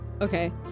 Okay